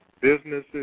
businesses